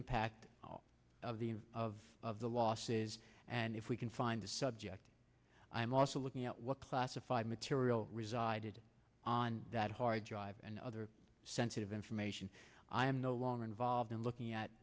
impact of the of the losses and if we can find the subject i'm also looking at what classified material resided on that hard drive and other sensitive information i am no longer involved in looking at